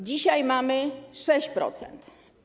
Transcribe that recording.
Dzisiaj mamy 6%.